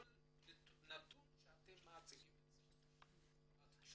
כל נתון שאתם מציגים בתקשורת.